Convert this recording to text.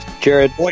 Jared